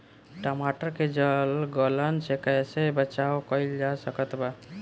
टमाटर के जड़ गलन से कैसे बचाव कइल जा सकत बा?